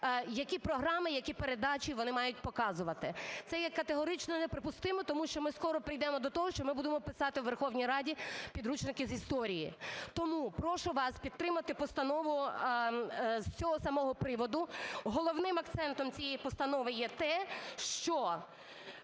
які програми, які передачі вони мають показувати. Це є категорично неприпустимо, тому що ми скоро прийдемо до того, що ми будемо писати у Верховній Раді підручники з історії. Тому прошу вас підтримати постанову з цього самого приводу. Головним акцентом цієї постанови є те, що